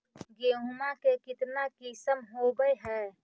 गेहूमा के कितना किसम होबै है?